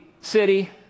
city